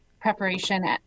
preparation